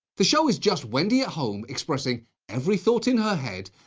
the show is just wendy at home expressing every thought in her head,